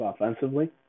offensively